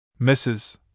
Mrs